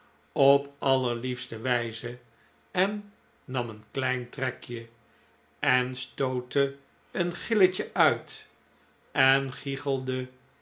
op allerliefste wijze en nam een klein trekje en stootte een gilletje uit en gichelde